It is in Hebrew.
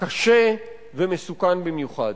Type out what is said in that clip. קשה ומסוכן במיוחד.